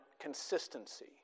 consistency